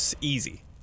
Easy